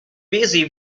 busy